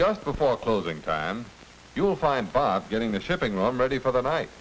just before closing time you'll find by getting the shipping on ready for the night